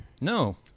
No